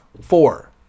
Four